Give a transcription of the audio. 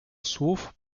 słów